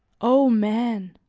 o man!